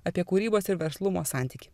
apie kūrybos ir verslumo santykį